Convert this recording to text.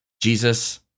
Jesus